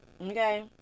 Okay